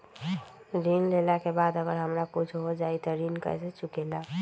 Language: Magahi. ऋण लेला के बाद अगर हमरा कुछ हो जाइ त ऋण कैसे चुकेला?